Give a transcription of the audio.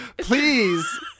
please